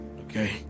Okay